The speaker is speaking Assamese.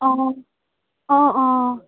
অ' অ' অ'